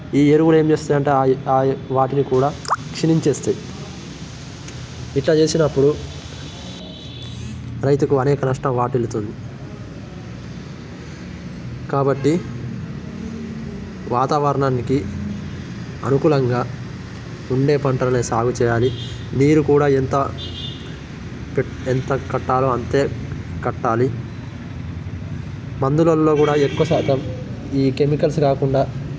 ఈ ఎరువులు ఏం చేస్తాయి అంటే వాటిని కూడా క్షీణిచ్చేస్తాయి ఇట్ల చేసినప్పుడు రైతుకు అనేక నష్టం వాటిల్లుతుంది కాబట్టి వాతావరణానికి అనుకూలంగా ఉండే పంటలనే సాగు చేయాలి నీరు కూడా ఎంత పెట్ ఎంత కట్టాలో అంతే కట్టాలి మందులలో కూడా ఎక్కువ శాతం ఈ కెమికల్స్ కాకుండా